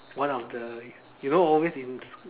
when of the you know always in